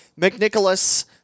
McNicholas